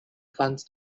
funds